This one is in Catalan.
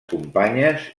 companyes